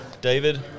David